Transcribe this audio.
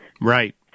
Right